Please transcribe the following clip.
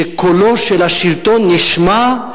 שקולו של השלטון נשמע,